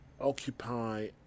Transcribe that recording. Occupy